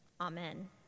Amen